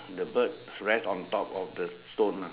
the bird rest on top of the stone lah